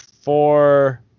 four